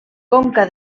conca